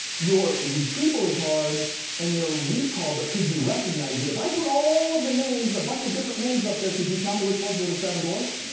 your retrieval is hard and your recall, but could you recognize it? if i put all of the names, a bunch of different names up there, could you tell me which ones were the seven dwarfs?